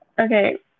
okay